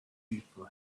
people